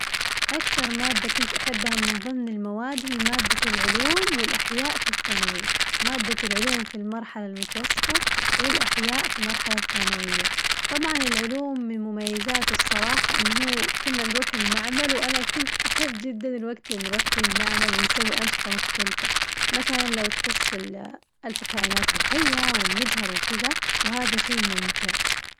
أكثر مادة كنت أحبها من ظمن المواد هي مادة العلوم والأحياء في الثانوي، مادة العلوم في المرحلة المتوسطة والأحياء في المرحلة الثانوية طبعاً العلوم من مميزاته الصراحة إنه هو كنا نروح المعمل وأنا كنت أحب جداً الوقت اللي نروح فيه المعمل ونسوي أنشطة مختلفة، مثلاً لو تخص ال- الكائنات الحية والمجهر وكذا وهذا شي ممتع.